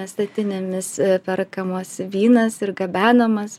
statinėmis perkamas vynas ir gabenamas